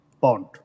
Bond